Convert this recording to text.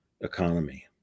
economy